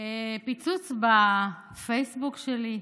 פיצוץ בפייסבוק שלי,